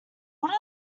what